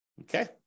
Okay